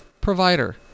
provider